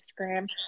Instagram